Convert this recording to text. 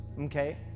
okay